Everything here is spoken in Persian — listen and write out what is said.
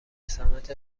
صنعت